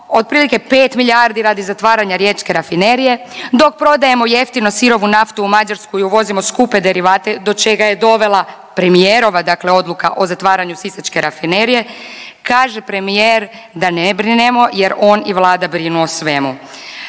otprilike pet milijardi radi zatvaranja Riječke rafinerije, dok prodajemo jeftino sirovu naftu u Mađarsku i uvozimo skupe derivate do čega je dovela premijerova, dakle odluka o zatvaranju Sisačke rafinerije. Kaže premijer da ne brinemo, jer on i Vlada brinu o svemu.